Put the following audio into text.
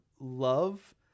love